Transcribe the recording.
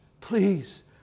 please